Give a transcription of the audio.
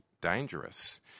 dangerous